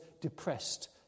depressed